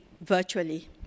virtually